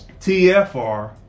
TFR